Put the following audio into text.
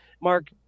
Mark